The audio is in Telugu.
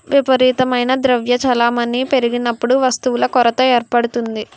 విపరీతమైన ద్రవ్య చలామణి పెరిగినప్పుడు వస్తువుల కొరత ఏర్పడుతుంది